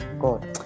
God